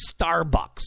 Starbucks